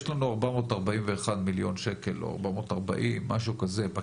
יש לנו 441 מיליון שקל או 440, משהו כזה, בקרן.